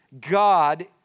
God